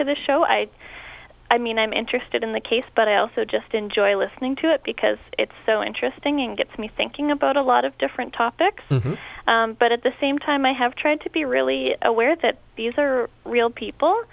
to the show i i mean i'm interested in the case but i also just enjoy listening to it because it's so interesting and gets me thinking about a lot of different topics but at the same time i have tried to be really aware that these are real people